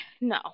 no